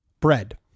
bread